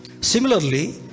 Similarly